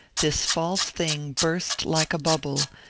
this false thing burst like a bubble,